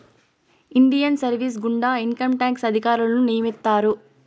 Indian service గుండా income tax అధికారులను నియమిత్తారు